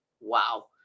wow